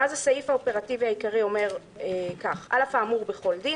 ואז הסעיף האופרטיבי העיקרי אומר כך: "על אף האמור בכל דין,